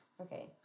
Okay